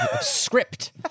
script